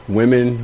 women